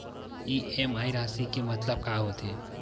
EMI राशि के मतलब का होथे?